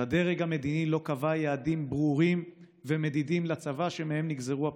שהדרג המדיני לא קבע יעדים ברורים ומדידים לצבא שמהם נגזרו הפעולות.